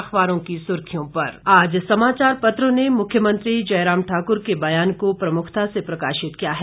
अखबारों की सुर्खियों से आज समाचार पत्रों ने मुख्यमंत्री जयराम ठाकुर के बयान को प्रमुखता से प्रकाशित किया है